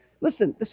Listen